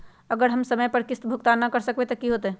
अगर हम समय पर किस्त भुकतान न कर सकवै त की होतै?